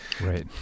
right